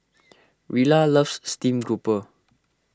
Rilla loves Steamed Grouper